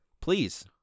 please